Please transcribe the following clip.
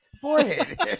forehead